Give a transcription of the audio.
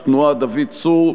התנועה: דוד צור.